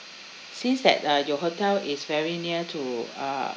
since that uh your hotel is very near to uh